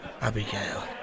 Abigail